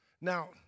Now